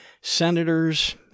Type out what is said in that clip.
Senators